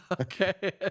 Okay